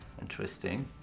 Interesting